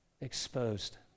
exposed